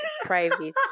private